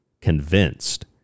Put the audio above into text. convinced